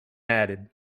added